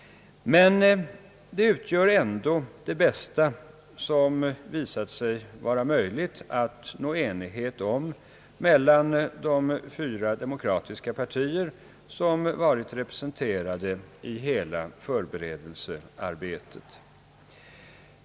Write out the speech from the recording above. Men den utgör ändå det bästa som det visat sig vara möjligt att nå enighet om mellan de fyra demokratiska partier som varit representerade i hela förberedelsearbetet.